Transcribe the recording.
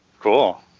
Cool